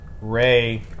Ray